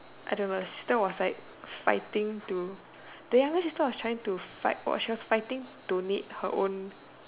I don't know the sister was like fighting to the younger sister was trying to fight for she was fighting to meet her own